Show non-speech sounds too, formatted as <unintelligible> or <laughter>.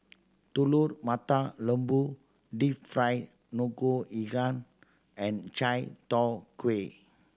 Telur Mata Lembu deep fried ngoh <unintelligible> and chai tow kway